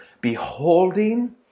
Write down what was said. beholding